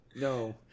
No